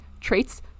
traits